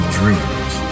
dreams